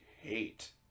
hate